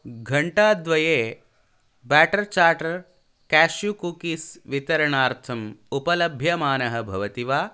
घण्टाद्वये बेट्टर् चाट्टर् क्याशु कुक्कीस् वितरणार्थम् उपलभ्यमानः भवति वा